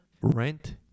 rent